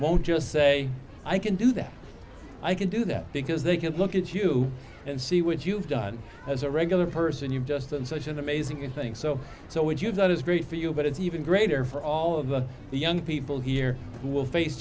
won't just say i can do that i can do that because they can look at you and see what you've done as a regular person you've just such an amazing thing so so what you've got is great for you but it's even greater for all of the young people here who will face